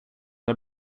det